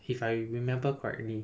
if I remember correctly